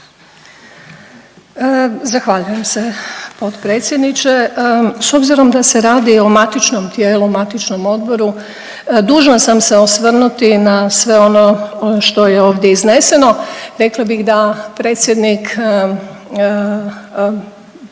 Zahvaljujem se potpredsjedniče. S obzirom da se radi o matičnom tijelu, matičnom odboru dužna sam se osvrnuti na sve ono što je ovdje izneseno. Rekla bih predsjednik